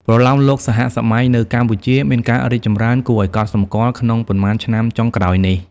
ប្រលោមលោកសហសម័យនៅកម្ពុជាមានការរីកចម្រើនគួរឲ្យកត់សម្គាល់ក្នុងប៉ុន្មានឆ្នាំចុងក្រោយនេះ។